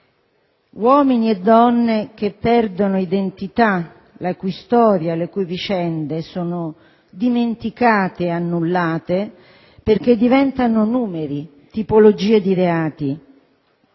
uomini e donne che perdono identità, la cui storia e le cui vicende sono dimenticate e annullate perché diventano numeri, tipologie di reati.